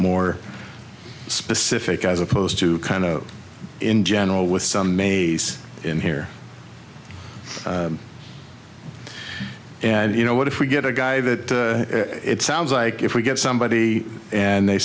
more specific as opposed to kind of in general with some maze in here and you know what if we get a guy that it sounds like if we get somebody and they